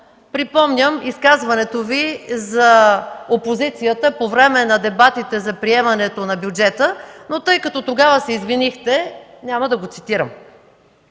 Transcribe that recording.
припомням изказването Ви за опозицията по време на дебатите за приемането на бюджета, но тъй като тогава се извинихте, няма да го цитирам.